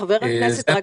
רק רגע.